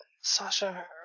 Sasha